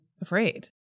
afraid